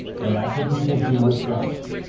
and that is what people do with guns.